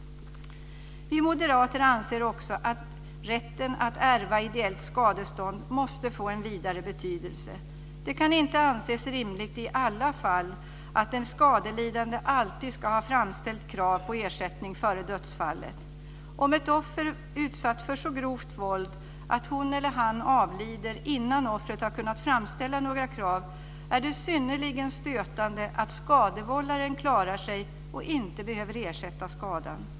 Vi moderater anser också att rätten att ärva ideellt skadestånd måste få en vidare betydelse. Det kan inte anses rimligt i alla fall att den skadelidande alltid ska ha framställt krav på ersättning före dödsfallet. Om ett offer utsatts för så grovt våld att hon eller han avlider innan offret har kunnat framställa några krav är det synnerligen stötande att skadevållaren klarar sig och inte behöver ersätta skadan.